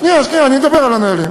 שנייה, שנייה, אני אדבר על הנהלים.